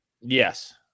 Yes